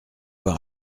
par